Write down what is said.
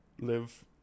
live